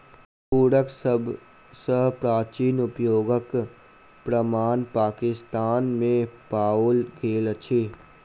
तूरक सभ सॅ प्राचीन उपयोगक प्रमाण पाकिस्तान में पाओल गेल अछि